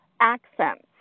accents